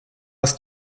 ist